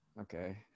okay